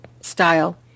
style